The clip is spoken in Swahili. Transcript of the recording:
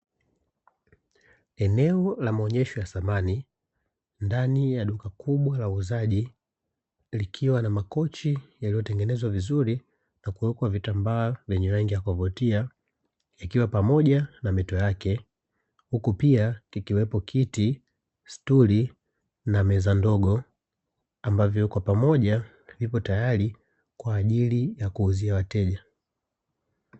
Eneo la maonyesho ya samani ndani ya duka kubwa la uuzaji, likiwa na makochi yaliyotengenezwa vizuri na kuwekwa vitambaa vyenye rangi ya kuvutia, vikiwa pamoja na mito yake; huku pia kikiwepo kiti, stuli na meza ndogo; ambavyo kwa pamoja viko tayari kwa ajili ya kuuzia wateja.